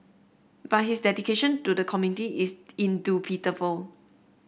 but his dedication do the community is indubitable